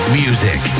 music